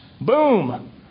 Boom